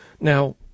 Now